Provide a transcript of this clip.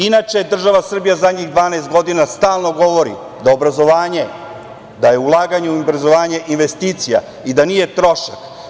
Inače, država Srbija poslednjih 12 godina stalno govori da je ulaganje u obrazovanje investicija i da nije trošak.